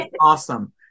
Awesome